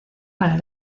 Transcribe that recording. para